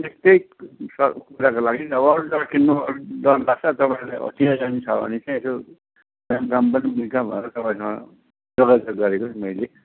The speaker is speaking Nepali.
त्यस्तै कुराको लागि नि अब अरू जग्गा किन्नु डर लाग्छ तपाईँलाई चिनाजान छ भने चाहिँ यसो फेरि दाम पनि निकै भएर तपाईँकोमा जोगाजोग गरेको नि मैले